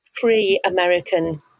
pre-American